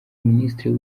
minisitiri